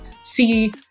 see